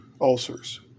ulcers